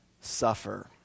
suffer